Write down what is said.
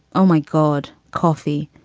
oh, my god. coffee.